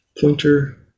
pointer